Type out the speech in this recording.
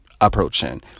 approaching